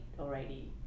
already